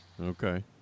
okay